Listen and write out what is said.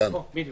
לכן התפקיד